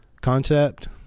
concept